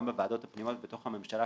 גם בוועדות הפנימיות בתוך הממשלה,